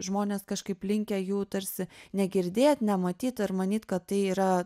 žmonės kažkaip linkę jų tarsi negirdėt nematyt ir manyt kad tai yra